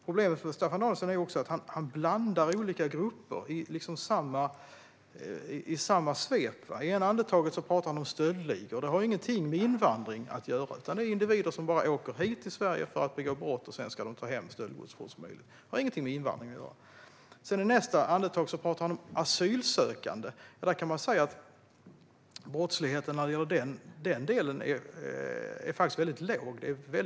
Problemet för Staffan Danielsson är att han blandar olika grupper i samma svep. I det ena andetaget pratar han om stöldligor. Det har ingenting med invandring att göra, utan det är individer som åker hit till Sverige bara för att begå brott och sedan ta hem stöldgods så fort som möjligt. Det har alltså ingenting med invandring att göra. I nästa andetag pratar han om asylsökande. Brottsligheten bland denna grupp är väldigt låg.